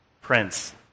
prince